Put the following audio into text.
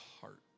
heart